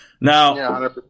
now